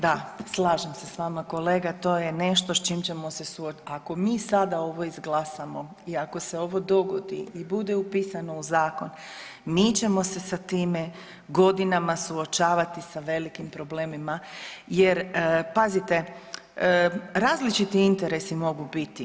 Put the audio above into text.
Da, slažem se s vama kolega to je nešto s čim ćemo se, ako mi sada ovo izglasamo i ako se ovo dogodi i bude upisano u zakon mi ćemo se sa time godinama suočavati sa velikim problemima, jer pazite različiti interesi mogu biti.